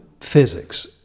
physics